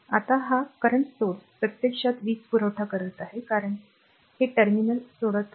तर आता हा current स्त्रोत प्रत्यक्षात वीजपुरवठा करत आहे कारण ते हे टर्मिनल सोडत आहे